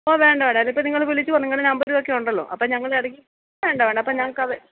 ഓ വേണ്ട വേണ്ട അതിപ്പം നിങ്ങൾ വിളിക്ക്വോ നിങ്ങളുടെ നമ്പരുമൊക്കെ ഉണ്ടല്ലോ അപ്പം ഞങ്ങളിടക്ക് വേണ്ട വേണ്ട അപ്പം ഞങ്ങൾക്കത്